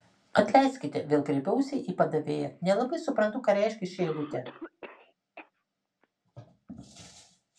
atleiskite vėl kreipiausi į padavėją nelabai suprantu ką reiškia ši eilutė